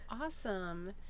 awesome